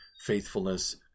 faithfulness